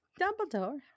Dumbledore